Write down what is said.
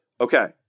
Okay